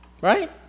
Right